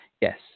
Yes